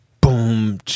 Boom